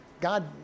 God